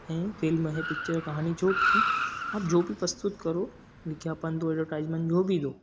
है फिल्म है पिक्चर है कहानी जो भी आप जो भी प्रस्तुत करो ने क्या अपन दु हज़ार प्राइज मनी वो भी लो